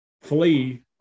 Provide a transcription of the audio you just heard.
flee